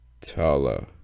Tala